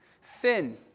Sin